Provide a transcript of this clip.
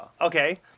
Okay